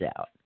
out